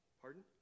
Pardon